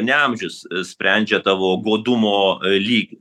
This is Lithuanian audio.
ne amžius sprendžia tavo godumo lygį